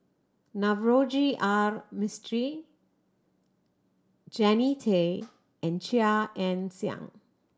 Navroji R Mistri Jannie Tay and Chia Ann Siang